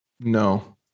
No